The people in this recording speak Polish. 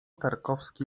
tarkowski